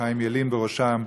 חיים ילין בראשם,